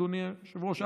אדוני היושב-ראש,